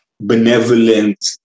benevolent